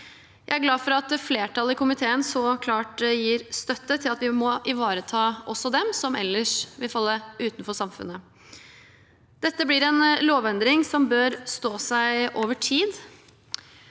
Jeg er glad for at flertallet i komiteen så klart gir støtte til at vi må ivareta også dem som ellers vil falle utenfor samfunnet. Dette blir en lovendring som bør stå seg over tid.